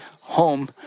home